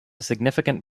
significant